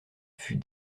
fut